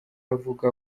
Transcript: avuga